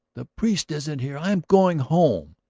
the priest isn't here. i am going home.